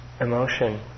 emotion